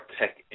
Tech